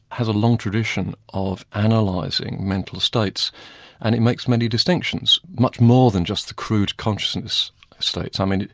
has a long tradition of analysing mental states and it makes many distinctions, much more than just the crude consciousness states. i mean,